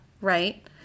right